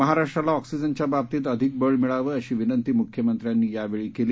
महाराष्ट्राला ऑक्सिजनच्या बाबतीत अधिक बळ मिळावं अशी विनंती मुख्यमंत्र्यांनी यावेळी केली